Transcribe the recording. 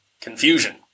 confusion